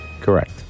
Correct